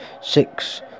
six